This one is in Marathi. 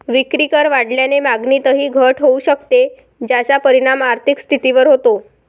विक्रीकर वाढल्याने मागणीतही घट होऊ शकते, ज्याचा परिणाम आर्थिक स्थितीवर होतो